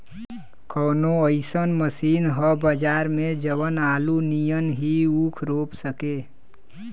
कवनो अइसन मशीन ह बजार में जवन आलू नियनही ऊख रोप सके?